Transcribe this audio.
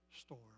storm